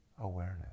awareness